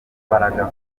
mbaraga